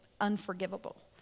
unforgivable